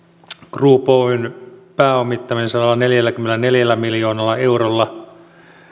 group oyn pääomittaminen sadallaneljälläkymmenelläneljällä miljoonalla eurolla